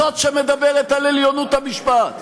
זאת שמדברת על עליונות המשפט.